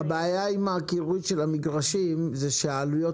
הבעיה עם הקירוי של המגרשים היא שהעלויות